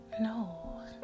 No